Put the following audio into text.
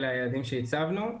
אלה היעדים שהצבנו.